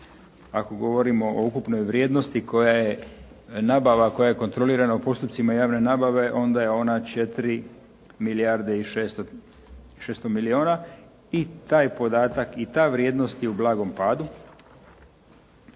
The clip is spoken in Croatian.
Ako govorimo o ukupnoj vrijednosti koja je nabava koja je kontrolirana u postupcima javne nabave, onda je on 4 milijarde i 600 milijuna i taj podatak i ta vrijednost je u blagom padu.